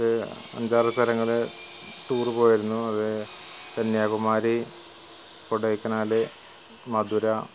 ഒര് അഞ്ചാറ് സ്ഥലങ്ങള് ടൂറ് പോയിരുന്നു അത് കന്യാകുമാരി കൊടൈക്കനാല് മധുര